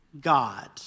God